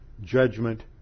judgment